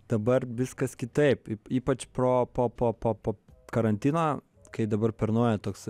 dabar viskas kitaip ypač pro po po po karantino kai dabar per naują toks